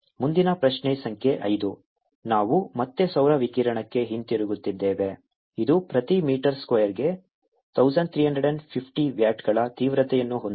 0×4π Vm 2×1350×4π×9×1093×108 ≅103 Vm ಮುಂದಿನ ಪ್ರಶ್ನೆ ಸಂಖ್ಯೆ 5 ನಾವು ಮತ್ತೆ ಸೌರ ವಿಕಿರಣಕ್ಕೆ ಹಿಂತಿರುಗುತ್ತಿದ್ದೇವೆ ಇದು ಪ್ರತಿ ಮೀಟರ್ ಸ್ಕ್ವೇರ್ಗೆ 1350 ವ್ಯಾಟ್ಗಳ ತೀವ್ರತೆಯನ್ನು ಹೊಂದಿದೆ